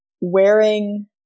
wearing